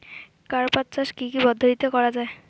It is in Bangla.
কার্পাস চাষ কী কী পদ্ধতিতে করা য়ায়?